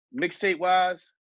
mixtape-wise